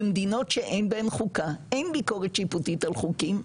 במדינות שאין בהן חוקה אין ביקורת שיפוטית על חוקים,